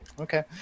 okay